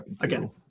again